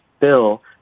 bill